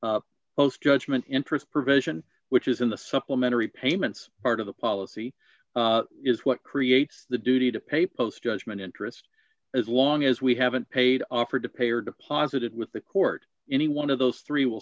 most judgment in st provision which is in the supplementary payments part of the policy is what creates the duty to pay post judgment interest as long as we haven't paid offered to pay or deposited with the court any one of those three will